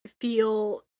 feel